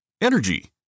Energy